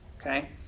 Okay